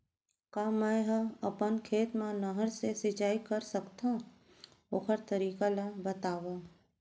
का मै ह अपन खेत मा नहर से सिंचाई कर सकथो, ओखर तरीका ला बतावव?